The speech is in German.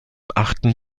achten